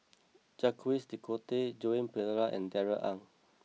Jacques de Coutre Joan Pereira and Darrell Ang